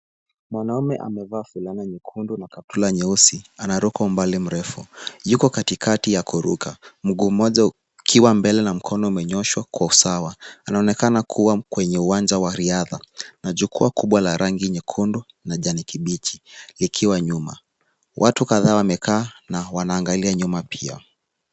Mwanamume amevaa fulana nyekundu na kaptula nyeusi anaruka umbali mrefu ,yuko katikati ya kuruka, mguu mmoja ukiwa mbele na mkono umenyooshwa kwa usawa, anaonekana kuwa kwenye uwanja wa riadha na jukwaa kubwa la rangi nyekundu na kijani kibichi likiwa nyuma, watatu kadhaa wamekaa na wanaangalia nyuma pia.